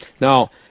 Now